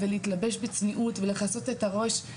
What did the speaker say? להתלבש בצניעות ולכסות את הראש,